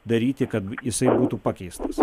daryti kad jisai būtų pakeistas